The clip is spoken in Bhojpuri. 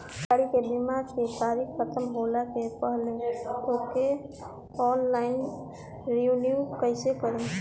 गाड़ी के बीमा के तारीक ख़तम होला के पहिले ओके ऑनलाइन रिन्यू कईसे करेम?